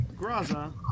Graza